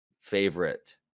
favorite